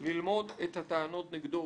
ללמוד את הטענות נגדו".